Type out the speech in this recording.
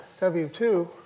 w2